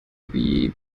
wie